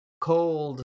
cold